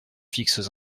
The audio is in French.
fixes